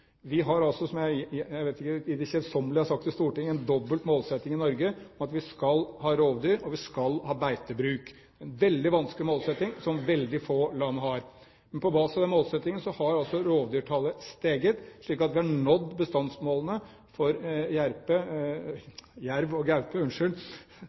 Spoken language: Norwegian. Vi har, som jeg til det kjedsommelige har sagt i Stortinget, en dobbelt målsetting i Norge: Vi skal ha rovdyr, og vi skal ha beitebruk – en veldig vanskelig målsetting som veldig få land har. Men på basis av den målsettingen har rovdyrtallet steget slik at vi har nådd bestandsmålene for